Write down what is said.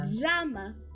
drama